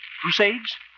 Crusades